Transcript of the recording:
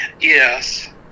yes